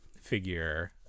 figure